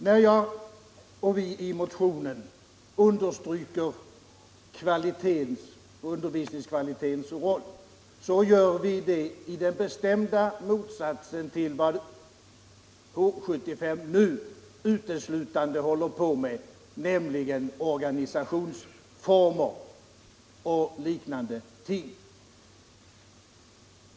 När vi i motionen understryker undervisningskvalitetens roll gör vi det i bestämd motsats till vad H 75 nu uteslutande håller på med, nämligen organisationsformer och liknande.